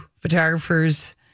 photographers